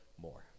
More